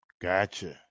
Gotcha